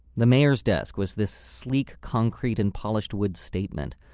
the mayor's desk was this sleek concrete-and-polished-wood statement.